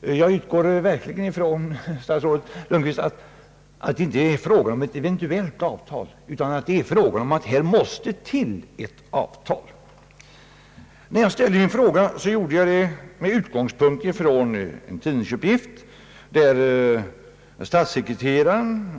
Jag utgår verkligen, statsrådet Lundkvist, ifrån att det inte är fråga om ett eventuellt avtal utan att det är fråga om att här måste till ett avtal. När jag ställde min fråga gjorde jag det med utgångspunkt från en tidningsuppgift, enligt vilken statssekreteraren